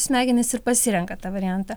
smegenys ir pasirenka tą variantą